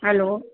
hello